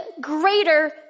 greater